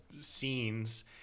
scenes